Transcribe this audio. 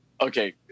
Okay